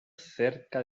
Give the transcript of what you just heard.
cerca